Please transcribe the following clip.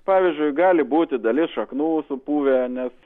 pavyzdžiui gali būti dalis šaknų supuvę nes